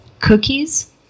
cookies